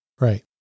Right